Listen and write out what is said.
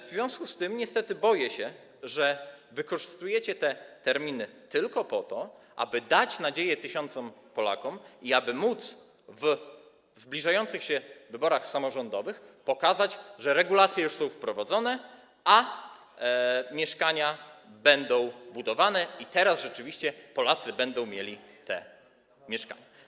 W związku z tym niestety boję się, że wykorzystujecie te terminy tylko po to, aby dać nadzieję tysiącom Polaków i aby móc w zbliżających się wyborach samorządowych pokazać, że regulacje już są wprowadzone, a mieszkania będą budowane, i teraz rzeczywiście Polacy będą mieli te mieszkania.